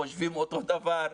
חושבים אותו דבר,